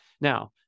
Now